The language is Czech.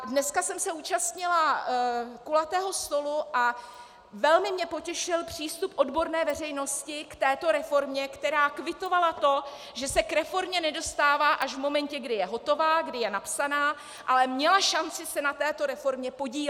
Dneska jsem se zúčastnila kulatého stolu a velmi mě potěšil přístup odborné veřejnosti k této reformě, která kvitovala to, že se k reformě nedostává až v momentě, kdy je hotová, kdy je napsaná, ale měla šanci se na této reformě podílet.